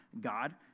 God